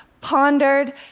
Pondered